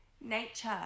nature